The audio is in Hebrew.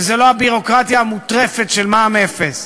וזו לא הביורוקרטיה המוטרפת של מע"מ אפס.